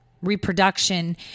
reproduction